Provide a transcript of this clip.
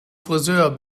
frisör